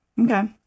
okay